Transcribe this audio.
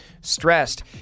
stressed